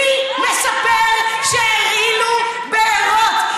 מי מספר שהרעילו בארות?